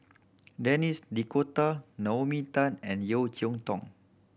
Denis D'Cotta Naomi Tan and Yeo Cheow Tong